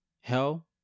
hell